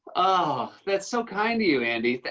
ah that's so kind of you, andy.